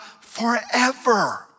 forever